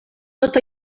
tot